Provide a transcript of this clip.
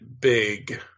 big